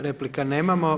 Replika nemamo.